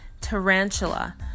tarantula